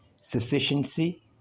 sufficiency